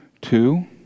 two